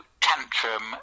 tantrum